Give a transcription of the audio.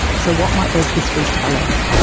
so what might those histories tell us?